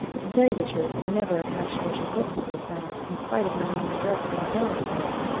to tell you the truth, i never attached much importance to this matter, in spite of my name and address being found on phillips,